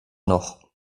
noch